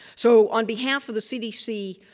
so on behalf of the cdc